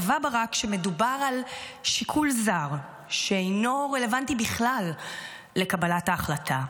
קבע ברק שמדובר על שיקול זר שאינו רלוונטי בכלל לקבלת ההחלטה.